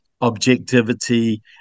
objectivity